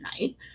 night